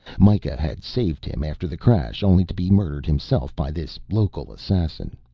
mikah had saved him after the crash, only to be murdered himself by this local assassin.